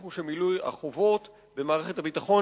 שיבטיחו שמילוי החובות במערכת הביטחון